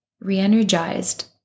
re-energized